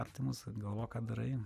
artimus galvok ką darai